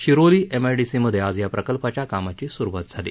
शिरोली एमआयडीसीमध्ये आज या प्रकल्पाच्या कामाची सुरुवात झाली